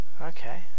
Okay